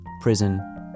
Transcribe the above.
prison